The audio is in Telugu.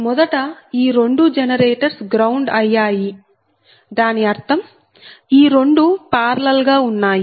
మొదట ఈ రెండు జనరేటర్స్ గ్రౌండ్ అయ్యాయి దాని అర్థం ఈ రెండు పార్లల్ గా ఉన్నాయి